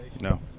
No